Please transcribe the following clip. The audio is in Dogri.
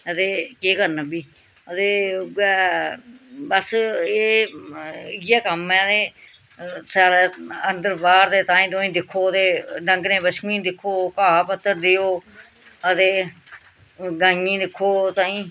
ते केह् करना फ्ही आं ते उ'यै बस एह् इयै कम्म ऐ ते सारे अंदर बाह्र ते ताई तुआईं दिक्खो ते डंगरे बच्छुएं दिक्खो घाह् पत्तर देओ आं ते गाइयें गी दिक्खो